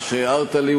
הערת לי,